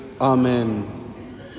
amen